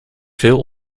veel